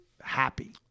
happy